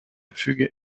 fugue